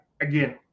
Again